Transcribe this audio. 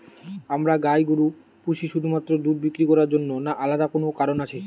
আমরা গাই গরু পুষি শুধুমাত্র দুধ বিক্রি করার জন্য না আলাদা কোনো কারণ আছে?